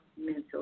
mental